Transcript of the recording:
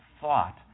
thought